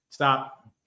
Stop